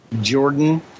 Jordan